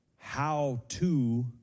how-to